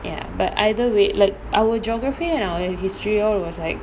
ya but either way like our geography and our history all was like